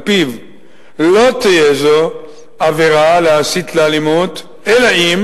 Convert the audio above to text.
שעל-פיו לא תהיה זו עבירה להסית לאלימות אלא אם